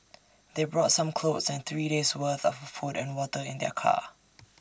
they brought some clothes and three days' worth of food and water in their car